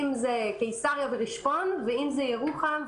אם זה קיסריה ורשפון ואם זה ירוחם,